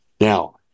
Now